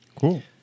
cool